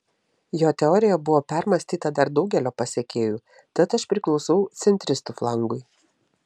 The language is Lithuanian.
jo teorija buvo permąstyta dar daugelio pasekėjų tad aš priklausau centristų flangui